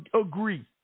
agree